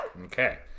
okay